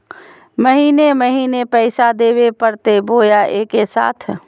महीने महीने पैसा देवे परते बोया एके साथ?